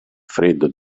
freddo